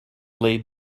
lay